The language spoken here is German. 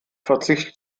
verzicht